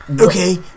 Okay